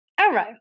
arrow